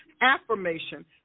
affirmation